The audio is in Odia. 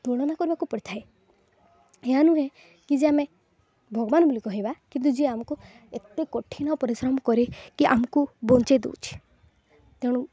ତୁଳନା କରିବାକୁ ପଡ଼ିଥାଏ ଏହା ନୁହେଁ କି ଯେ ଆମେ ଭଗବାନ ବୋଲି କହିବା କିନ୍ତୁ ଯିଏ ଆମକୁ ଏତେ କଠିନ ପରିଶ୍ରମ କରିକି ଆମକୁ ବଞ୍ଚାଇ ଦେଉଛି ତେଣୁ